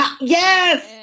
yes